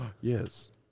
yes